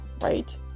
right